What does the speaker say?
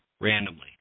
randomly